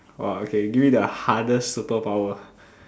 !wah! okay give me the hardest superpower